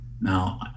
now